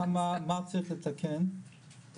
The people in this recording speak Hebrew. מה צריך לתקן,